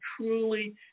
truly